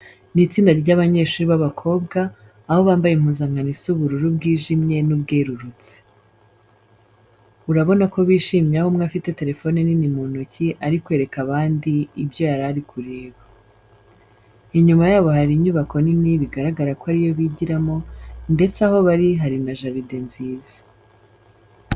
Ni itsinda ry'abanyeshuri b'abakobwa, aho bambaye impuzankano isa ubururu bwijimye n'ubwerurutse. Urabona ko bishimye aho umwe afite telefone nini mu ntoki ari kwereka abandi ibyo yari ari kureba. Inyuma yabo hari inyubako nini bigaragara ko ari yo bigiramo ndetse aho bari hari na jaride nziza.